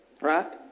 right